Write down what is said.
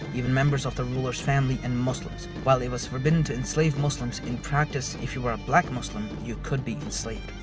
even members of the ruler's family, and muslims. while it was forbidden to enslave muslims, in practice, if you were a black muslim, you could be enslaved.